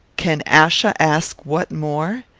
can achsa ask what more?